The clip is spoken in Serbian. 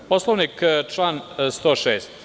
Po Poslovniku, član 106.